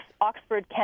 Oxford